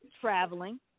traveling